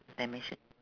dimension